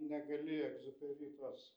negali egziuperi tos